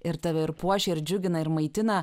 ir tave ir puošia ir džiugina ir maitina